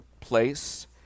place